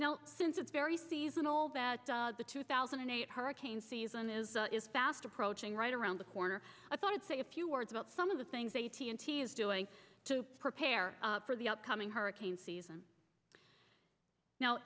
now since it's very seasonal that the two thousand and eight hurricane season is fast approaching right around the corner i thought i'd say a few words about some of the things they t n t s doing to prepare for the upcoming hurricane season now